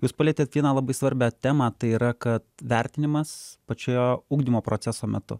jūs palietėt vieną labai svarbią temą tai yra kad vertinimas pačioje ugdymo proceso metu